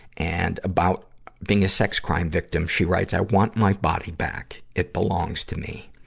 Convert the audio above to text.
and about being a sex crime victim, she writes, i want my body back. it belongs to me.